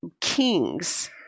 kings